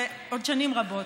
עוד שנים רבות.